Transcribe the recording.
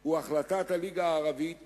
הוא החלטת הליגה הערבית